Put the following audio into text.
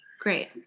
Great